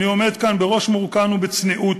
אני עומד כאן בראש מורכן ובצניעות,